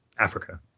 Africa